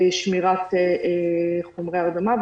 שמירת חומרי הרדמה,